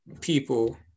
people